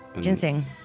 Ginseng